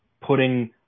putting